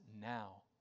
now